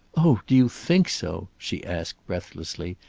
oh, do you think so? she asked, breathlessly.